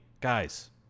guys